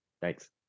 Thanks